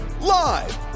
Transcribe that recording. live